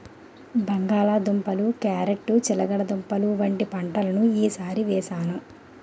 బంగాళ దుంపలు, క్యారేట్ చిలకడదుంపలు వంటి పంటలను ఈ సారి వేసాను